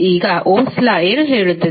ಈಗ Ohm's law ಏನು ಹೇಳುತ್ತದೆ